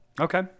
Okay